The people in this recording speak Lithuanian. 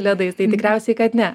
ledais tai tikriausiai kad ne